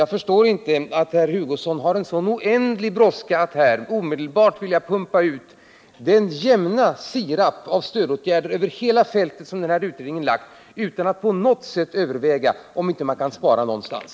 Jag förstår därför inte att herr Hugosson har en sådan brådska att omedelbart pumpa ut den jämna sirap av stödåtgärder över hela fältet som utredningen föreslagit utan att på något sätt överväga om man inte kan spara någonstans.